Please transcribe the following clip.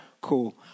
Cool